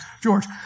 George